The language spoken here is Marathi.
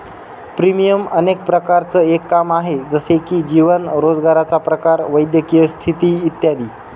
प्रीमियम अनेक प्रकारांचं एक काम आहे, जसे की जीवन, रोजगाराचा प्रकार, वैद्यकीय स्थिती इत्यादी